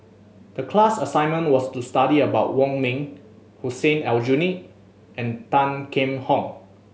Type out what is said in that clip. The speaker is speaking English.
the class assignment was to study about Wong Ming Hussein Aljunied and Tan Kheam Hock